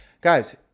guys